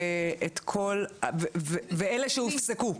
ואלה שהופסקו.